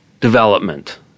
development